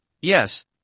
yes